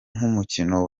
nk’umukino